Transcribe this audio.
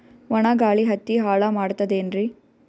ಒಣಾ ಗಾಳಿ ಹತ್ತಿ ಹಾಳ ಮಾಡತದೇನ್ರಿ?